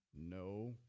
No